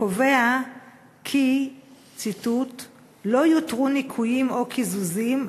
הקובע כי "לא יותרו ניכויים או קיזוזים,